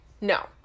no